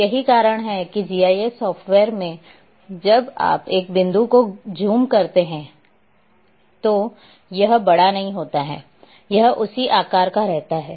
और यही कारण है कि जीआईएस सॉफ्टवेयर में जब आप एक बिंदु को ज़ूम करते हैं तो यह बड़ा नहीं होता है यह उसी आकार का रहता है